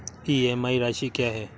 EMI राशि क्या है?